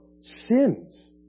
sins